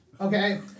okay